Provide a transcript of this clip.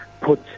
put